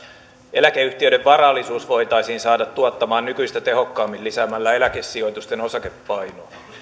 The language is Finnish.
eläkeyhtiöiden varallisuus voitaisiin saada tuottamaan nykyistä tehokkaammin lisäämällä eläkesijoitusten osakepainoa